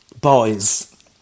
boys